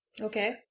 Okay